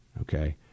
Okay